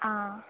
ആ